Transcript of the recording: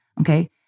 Okay